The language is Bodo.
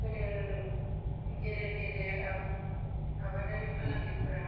गेदेर गेदेर गेदेर आबादारि फालांगिफोरा